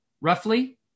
roughly